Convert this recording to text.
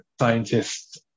scientists